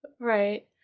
Right